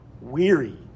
weary